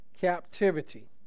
captivity